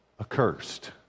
Accursed